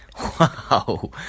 wow